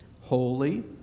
holy